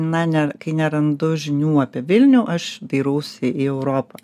na ne kai nerandu žinių apie vilnių aš dairausi į europą